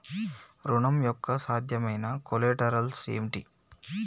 ఋణం యొక్క సాధ్యమైన కొలేటరల్స్ ఏమిటి?